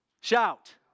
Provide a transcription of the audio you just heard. Shout